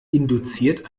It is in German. induziert